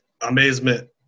amazement